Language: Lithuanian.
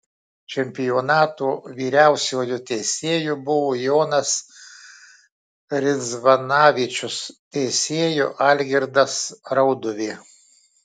čempionato vyriausiuoju teisėju buvo jonas ridzvanavičius teisėju algirdas rauduvė